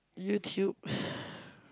YouTube